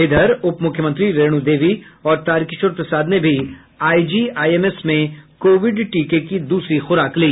इधर उप मुख्यमंत्री रेणु देवी और तारकिशोर प्रसाद ने भी आईजीआईएमएस में कोविड टीके की दूसरी खुराक ली